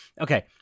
Okay